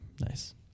nice